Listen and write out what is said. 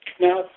Now